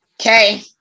Okay